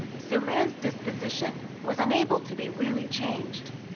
so man's disposition was unable to be really changed.